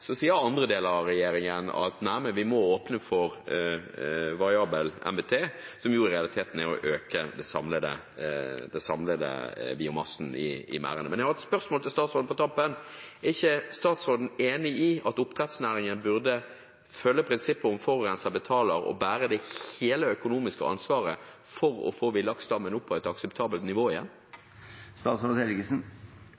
Så sier andre deler av regjeringen nei, vi må åpne for variabel MTB, som jo i realiteten er å øke den samlede biomassen i merdene. Jeg har et spørsmål til statsråden på tampen: Er ikke statsråden enig i at oppdrettsnæringen burde følge prinsippet om at forurenser betaler, og bære hele det økonomiske ansvaret for å få villaksstammen opp på et akseptabelt nivå igjen?